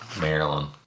Maryland